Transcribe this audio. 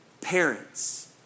parents